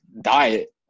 diet